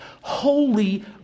holy